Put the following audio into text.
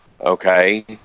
okay